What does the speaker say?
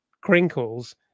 crinkles